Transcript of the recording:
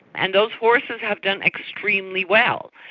and those horses have done extremely well.